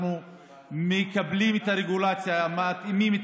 אנחנו מקבלים את הרגולציה ומתאימים את